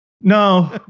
No